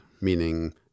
meaning